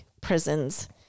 prisons